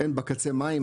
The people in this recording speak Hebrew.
אין בקצה מים,